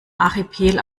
archipel